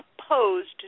opposed